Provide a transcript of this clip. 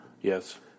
Yes